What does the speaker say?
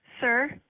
Sir